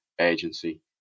agency